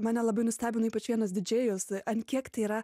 mane labai nustebino ypač vienas didžėjus ant kiek tai yra